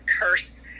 curse